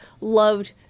loved